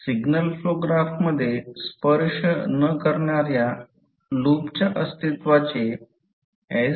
signal flow ग्राफमध्ये स्पर्श न करणार्या लूपच्या अस्तित्त्वाचे एस